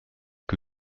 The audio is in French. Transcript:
que